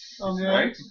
right